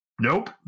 Nope